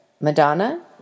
Madonna